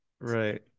right